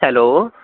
hello